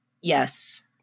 Yes